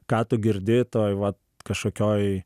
ką tu girdi toj va kažkokioj